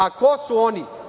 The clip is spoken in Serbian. A ko su oni?